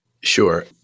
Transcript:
Sure